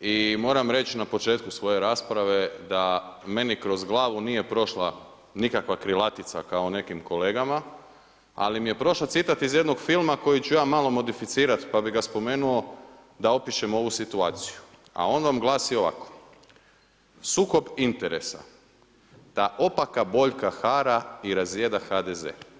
i moram reći na početku svoje rasprave da meni kroz glavu nije prošla nikakva krilatica kao nekim kolegama, ali mi je prošao citat iz jednog filma koji ću ja malo modificirati pa bi ga spomenuo da opišem ovu situaciju, a on vam glasi ovako: „Sukob interesa, ta opaka boljka hara i razara HDZ.